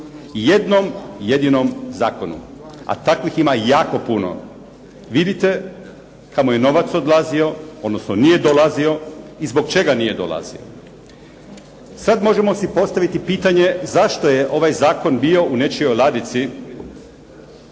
jednom jedinom zakonu, a takvih ima jako puno. Vidite kamo je novac odlazio, odnosno nije dolazio i zbog čega nije dolazio. Sad možemo si postaviti pitanje zašto je ovaj zakon bio u nečijoj ladici